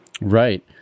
right